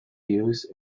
views